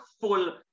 full